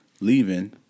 leaving